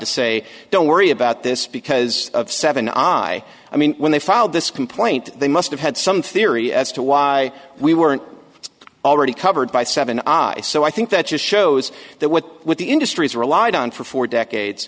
to say don't worry about this because of seven i i mean when they filed this complaint they must have had some theory as to why we weren't already covered by seven eyes so i think that just shows that what what the industry's relied on for four decades